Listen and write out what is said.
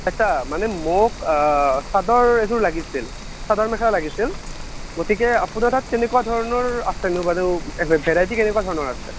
আচ্ছা মানে মোক চাদৰ এযোৰ লাগিছিল চাদৰ মেখেলা লাগিছিল গতিকে আপোনাৰ তাত কেনেকুৱা ধৰণৰ আছেনো বাৰু ভে ভেৰাইটি কেনেকুৱা ধৰণৰ আছে